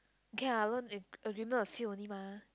okay lah loan a~ agreement a few only mah